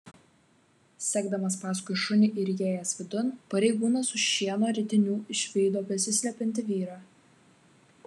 sekdamas paskui šunį ir įėjęs vidun pareigūnas už šieno ritinių išvydo besislepiantį vyrą